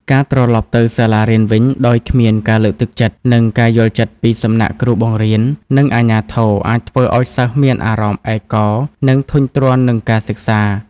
ការត្រឡប់ទៅសាលារៀនវិញដោយគ្មានការលើកទឹកចិត្ត និងការយល់ចិត្តពីសំណាក់គ្រូបង្រៀន និងអាជ្ញាធរ អាចធ្វើឱ្យសិស្សមានអារម្មណ៍ឯកោ និងធុញទ្រាន់នឹងការសិក្សា។